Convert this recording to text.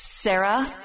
Sarah